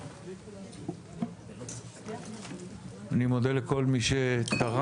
09:00. אני מודה לכל מי שטרח,